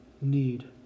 need